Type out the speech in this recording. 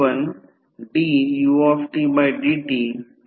866 ampere आहे